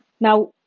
Now